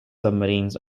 submarines